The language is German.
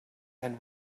ein